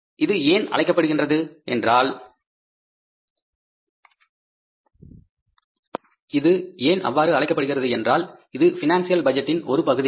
இது ஏன் அவ்வாறு அழைக்கப்படுகிறது என்றால் இது பினான்சியல் பட்ஜெட்டின் ஒரு பகுதியாகும்